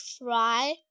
fry